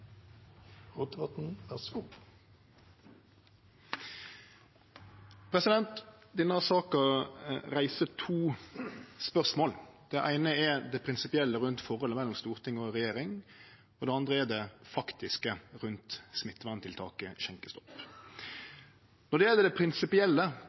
Denne saka reiser to spørsmål. Det eine er det prinsipielle rundt forholdet mellom storting og regjering, og det andre er det faktiske rundt